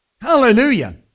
Hallelujah